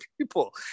people